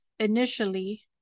initially